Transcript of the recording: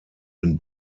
den